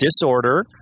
disorder